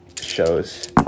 shows